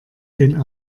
den